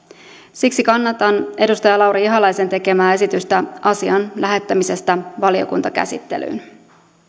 siksi kannatan edustaja lauri ihalaisen tekemää esitystä asian lähettämisestä valiokuntakäsittelyyn